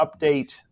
update